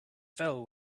fell